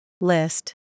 list